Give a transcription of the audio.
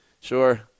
sure